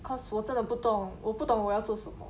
cause 我真的不懂我不懂我要做什么